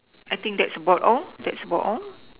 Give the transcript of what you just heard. I think that's about all that's about all